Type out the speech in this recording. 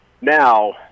Now